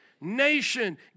Nation